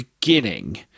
beginning